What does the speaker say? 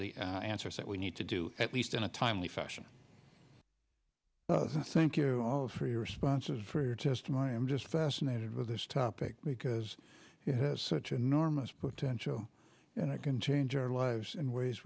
the answers that we need to do at least in a timely fashion thank you all for your responses for your testimony i'm just fascinated with this topic because it has such enormous potential and it can change our lives in ways